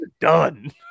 Done